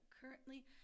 currently